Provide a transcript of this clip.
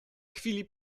chwili